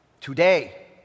today